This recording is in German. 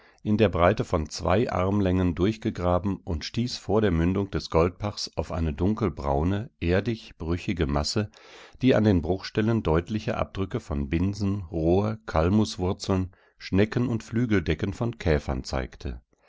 in der breite von zwei armlängen durchgegraben und stieß vor der mündung des goldbachs auf eine dunkelbraune erdig brüchige masse die an den bruchstellen deutliche abdrücke von binsen rohr kalmuswurzeln schnecken und flügeldecken von käfern zeigte